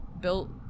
built